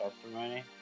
testimony